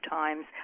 times